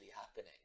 happening